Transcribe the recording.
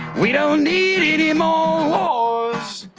we don't need any more wars.